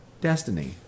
Destiny